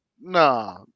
nah